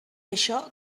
això